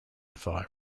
fire